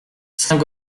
saint